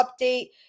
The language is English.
update